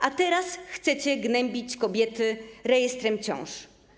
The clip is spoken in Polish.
A teraz chcecie gnębić kobiety rejestrem ciąż.